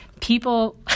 people